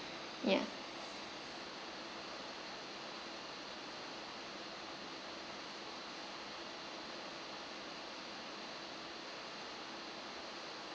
ya